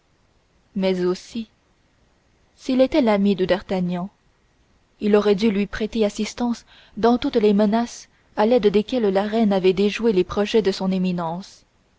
mais aussi s'il était l'ami de d'artagnan il avait dû lui prêter assistance dans toutes les menées à l'aide desquelles la reine avait déjoué les projets de son éminence